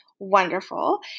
wonderful